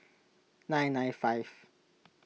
nine nine five